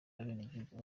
abenegihugu